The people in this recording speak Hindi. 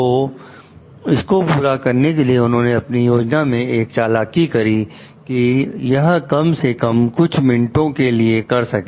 तो इसको पूरा करने के लिए उन्होंने अपनी योजना में एक चालाकी करी कि यह कम से कम कुछ मिनटों के लिए कर सके